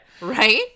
right